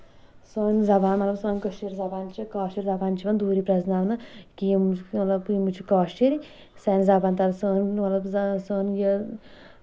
سٲنۍ زَبان آسَن کٲشِر زبان چھِ کٲشِر زَبان چھِ یِوان دوٗری پرزٕناونہٕ کہِ یِم مطلب یِم چھِ کٲشِر سانہِ زَبان تَل سٲنۍ مطلب سٲنۍ یہِ